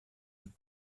mit